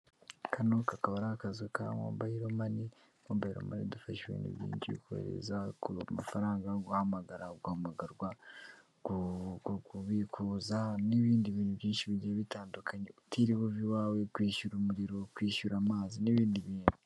Kano kakaba ari akazu ka mobile money. Mobile money idufashe ibintu byinshi : kohereza amafaranga, guhamagara, guhamagarwa, kubikuza n'ibindi bintu byinshi bigiye bitandukanye utiriwe uva iwawe, kwishyura umuriro, kwishyura amazi, n'ibindi bintu.